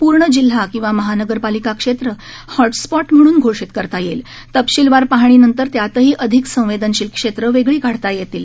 पूर्ण जिल्हा किंवा महानगरपालिका क्षेत्र हॉटस्पॉट म्हणून घोषित करता येईल तपशीलवार पाहणीनंतर त्यातही अधिक संवेदनशील क्षेत्र वेगळी काढता येतील